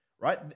Right